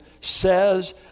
says